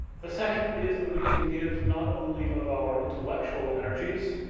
the second is that we can give not only of our intellectual energies,